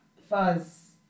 Fuzz